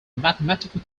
mathematical